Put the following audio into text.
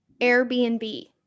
Airbnb